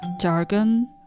jargon